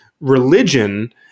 religion